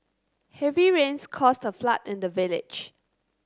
heavy rains caused a flood in the village